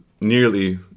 nearly